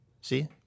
see